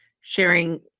sharing